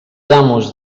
amos